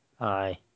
Aye